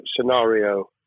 scenario